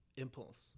Impulse